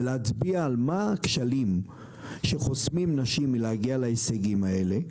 ולהצביע על הכשלים שחוסמים נשים מלהגיע להישגים האלה,